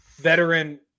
veteran